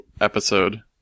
episode